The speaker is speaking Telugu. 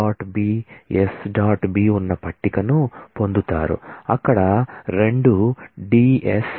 B ఉన్న టేబుల్ను పొందుతారు అక్కడ రెండు Ds r